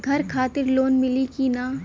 घर खातिर लोन मिली कि ना?